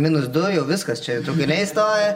minus du jau viskas čia traukiniai stoja